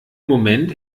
moment